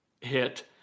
hit